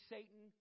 Satan